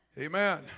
Amen